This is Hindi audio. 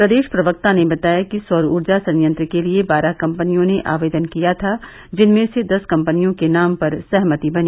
प्रदेश प्रवक्ता ने बताया कि सौर ऊर्जा संयंत्र के लिये बारह कम्पनियों ने आवेदन किया था जिनमें से दस कम्पनियों के नाम पर सहमति बनी